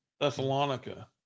Thessalonica